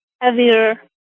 heavier